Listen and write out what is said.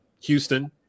Houston